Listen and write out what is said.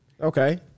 Okay